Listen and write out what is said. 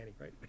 right